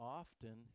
often